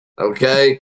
Okay